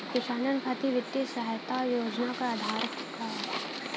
किसानन खातिर वित्तीय सहायता और योजना क आधार का ह?